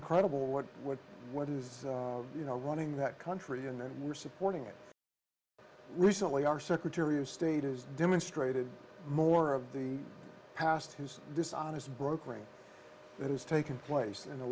incredible what what what is you know running that country and there are supporting it recently our secretary of state has demonstrated more of the past who's dishonest brokering that has taken place in the